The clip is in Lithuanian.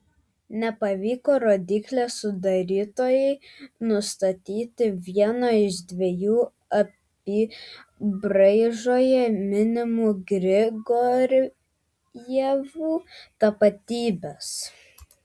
nepavyko rodyklės sudarytojai nustatyti vieno iš dviejų apybraižoje minimų grigorjevų tapatybės